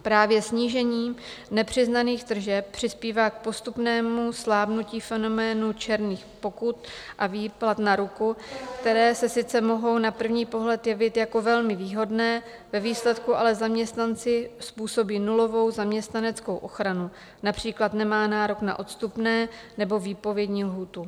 Právě snížení nepřiznaných tržeb přispívá k postupnému slábnutí fenoménu černých pokut a výplat na ruku, které se sice mohou na první pohled jevit jako velmi výhodné, ve výsledku ale zaměstnanci způsobí nulovou zaměstnaneckou ochranu, například nemá nárok na odstupné nebo výpovědní lhůtu.